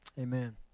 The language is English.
Amen